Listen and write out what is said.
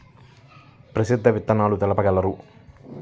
ప్రసిద్ధ విత్తనాలు తెలుపగలరు?